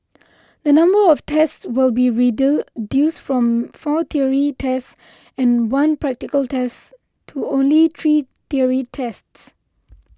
the number of tests will be from four theory tests and one practical test to only three theory tests